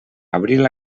abril